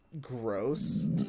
gross